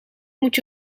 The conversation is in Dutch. moet